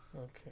okay